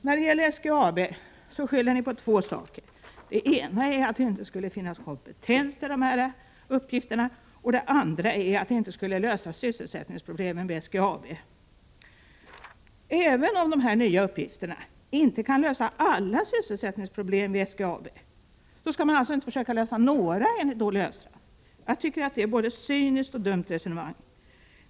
När det gäller SGAB skyller ni på två saker, dels att det inte skulle finnas kompetens till dessa uppgifter, dels att det inte skulle lösa sysselsättningsproblemen vid SGAB. Om dessa nya uppgifter inte kan lösa alla sysselsättningsproblem vid SGAB, skall man inte försöka lösa några problem, enligt Olle Östrand. Jag tycker att det är ett både cyniskt och dumt resonemang.